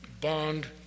bond